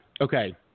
Okay